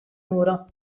muro